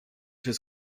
his